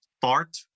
start